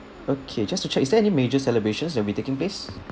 okay just to check is there any major celebrations that will be taking place